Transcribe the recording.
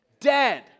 Dead